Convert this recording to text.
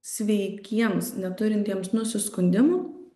sveikiems neturintiems nusiskundimų